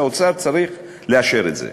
האוצר צריך לאשר את זה.